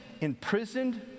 imprisoned